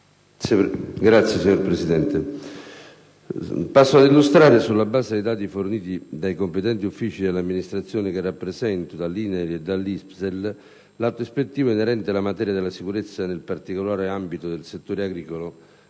sociali*. Signor Presidente, passo ad illustrare, sulla base dei dati forniti dai competenti uffici dell'amministrazione che rappresento, dall'INAIL e dall'ISPESL, l'atto ispettivo, inerente la materia della sicurezza nel particolare ambito del settore agricolo,